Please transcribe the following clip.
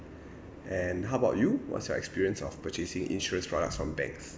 and how about you what's your experience of purchasing insurance products from banks